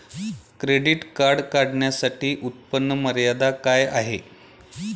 Credit card काढण्यासाठी उत्पन्न मर्यादा काय आहे?